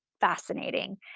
fascinating